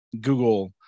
Google